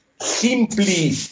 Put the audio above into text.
simply